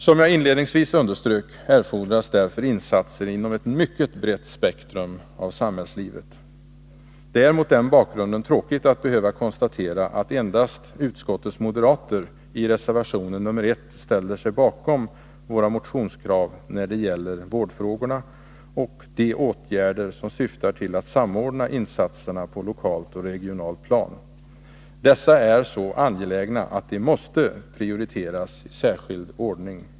Som jag inledningsvis underströk, erfordras därför insatser inom ett mycket brett spektrum av samhällslivet. Det är mot den bakgrunden tråkigt att behöva konstatera att endast utskottets moderater i reservation 1 ställer sig bakom våra motionskrav när det gäller vårdfrågorna och de åtgärder som syftar till att samordna insatserna på lokalt och regionalt plan. Dessa är så angelägna att de måste prioriteras i särskild ordning.